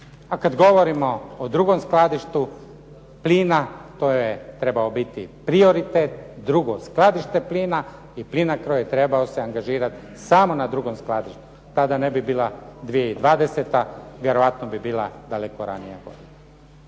A kad govorimo o drugom skladištu plina, to je trebao biti prioritet, drugo skladište plina i Plinacro je trebao se angažirati samo na drugom skladištu pa da ne bi bila 2020., vjerojatno bi bila daleko ranija godina.